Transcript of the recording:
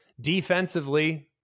Defensively